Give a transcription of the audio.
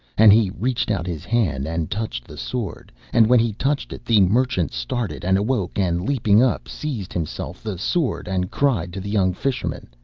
and he reached out his hand and touched the sword, and when he touched it the merchant started and awoke, and leaping up seized himself the sword and cried to the young fisherman,